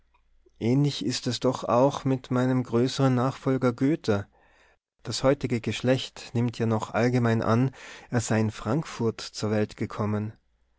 ähnlich ist es doch auch mit meinem größeren nachfolger goethe das heutige geschlecht nimmt ja noch allgemein an er sei in frankfurt zur welt gekommen